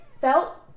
felt